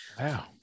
Wow